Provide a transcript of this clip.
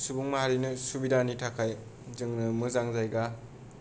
सुबुं माहारिनि सुबिदानि थाखाय जोङो मोजां जायगा